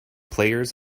players